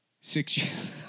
Six